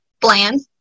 bland